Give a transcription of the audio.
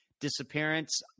disappearance